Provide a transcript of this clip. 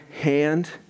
hand